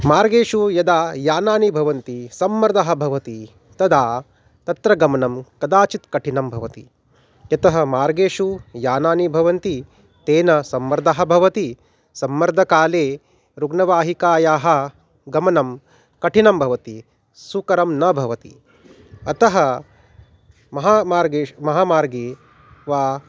मार्गेषु यदा यानानि भवन्ति सम्मर्दः भवति तदा तत्र गमनं कदाचित् कठिनं भवति यतः मार्गेषु यानानि भवन्ति तेन सम्मर्दः भवति सम्मर्दकाले रुग्णवाहिकायाः गमनं कठिनं भवति सुकरं न भवति अतः महामार्गेषु महामार्गे वा